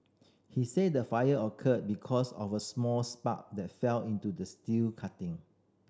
he said the fire occurred because of a small spark that fell into the steel cutting